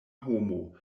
homo